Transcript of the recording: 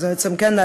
או בעצם כן,